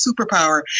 superpower